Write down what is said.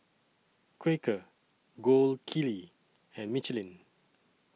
Quaker Gold Kili and Michelin